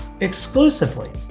exclusively